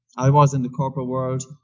i was in the corporate world,